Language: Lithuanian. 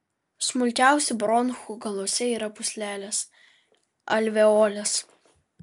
smulkiausių bronchų galuose yra pūslelės alveolės